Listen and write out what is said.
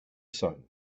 sun